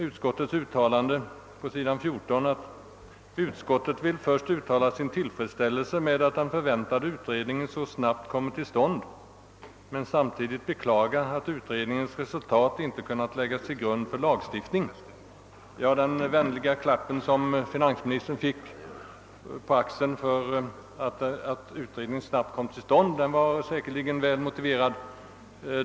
Det heter: » Utskottet vill först uttala sin tillfredsställelse med att den förväntade utredningen så snabbt kommit till stånd men samtidigt beklaga att utredningens resultat inte kunnat läggas till grund för lagstiftning.» Den vänliga klapp på axeln som finansministern får för att utredningen snabbt kommit till stånd är säkerligen väl motiverad.